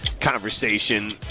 conversation